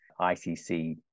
ICC